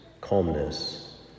calmness